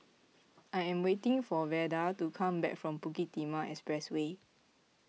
I am waiting for Veda to come back from Bukit Timah Expressway